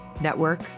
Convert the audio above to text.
network